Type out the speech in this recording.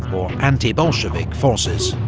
or anti-bolshevik, forces.